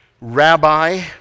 rabbi